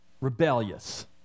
rebellious